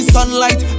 sunlight